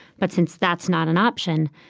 but since that's not an option,